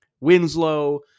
Winslow